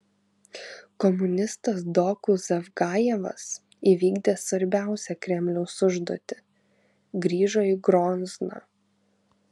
komunistas doku zavgajevas įvykdė svarbiausią kremliaus užduotį grįžo į grozną